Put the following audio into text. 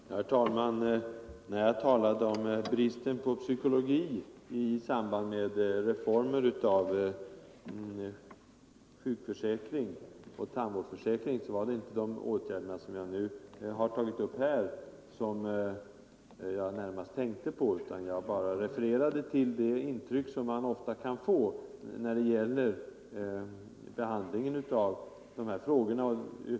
Herr talman! När jag talade om bristen på psykologi i samband med reformer av sjukförsäkring och tandvårdsförsäkring tänkte jag inte på de åtgärder som jag här har tagit upp. Jag bara refererade till de intryck som man ofta får när det gäller behandlingen av liknande frågor.